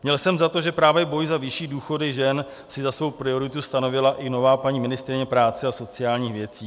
Měl jsem za to, že právě boj za vyšší důchody žen si za svou prioritu stanovila i nová paní ministryně práce a sociálních věcí.